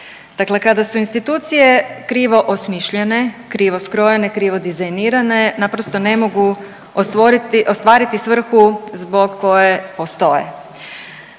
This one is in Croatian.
Dakle kada su institucije krivo osmišljene, krivo skrojene, krivo dizajnirane naprosto ne mogu ostvariti svrhu zbog koje postoje.